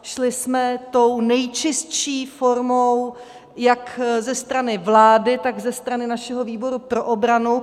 Šli jsme tou nejčistší formou jak ze strany vlády, tak ze strany našeho výboru pro obranu.